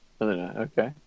Okay